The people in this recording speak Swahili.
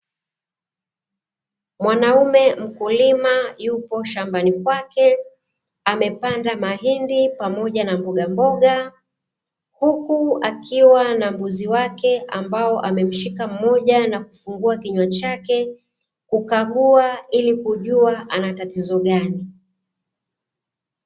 Mwanaume mkulima yupo shambani kwake, amepanda mahindi pamoja na mbogamboga, huku akiwa na mbuzi wake ambao amemshika mmoja na kufungua kinywa chake, kukagua ili kujua anatatizo gani.